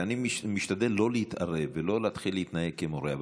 ואני משתדל שלא להתערב ולא להתחיל להתנהג כמורה,